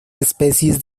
especies